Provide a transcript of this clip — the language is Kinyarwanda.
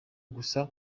gusa